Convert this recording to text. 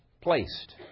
Placed